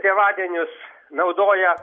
tėvadienius naudoja